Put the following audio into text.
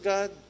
God